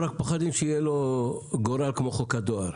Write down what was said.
רק פוחדים שיהיה לו גורל כמו חוק הדואר.